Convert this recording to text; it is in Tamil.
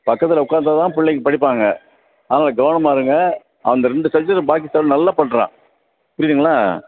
பக்கத்தில் உட்காந்தா தான் பிள்ளைங்க படிப்பாங்க அதனால் கவனமாக இருங்க அந்த ரெண்டு சப்ஜெக்ட்டை பாக்கி சப்ஜெக்ட் நல்லா பண்ணுறான் புரியுதுங்களா